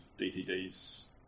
DTDs